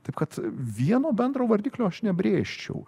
taip kad vieno bendro vardiklio aš nebrėžčiau